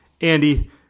Andy